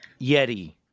Yeti